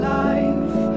life